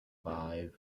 five